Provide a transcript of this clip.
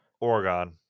Oregon